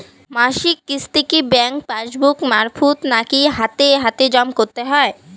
মাসিক কিস্তি কি ব্যাংক পাসবুক মারফত নাকি হাতে হাতেজম করতে হয়?